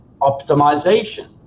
optimization